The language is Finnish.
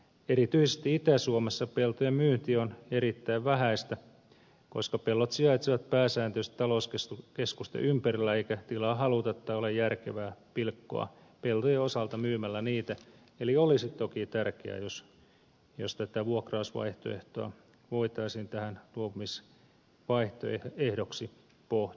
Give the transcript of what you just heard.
erityisesti itä suomessa peltojen myynti on erittäin vähäistä koska pellot sijaitsevat pääsääntöisesti talouskeskusten ympärillä eikä tilaa haluta tai ole järkevää pilkkoa peltojen osalta myymällä niitä eli olisi toki tärkeää jos tätä vuokrausvaihtoehtoa voitaisiin tähän luopumisvaihtoehdoksi pohtia